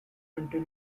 until